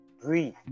breathe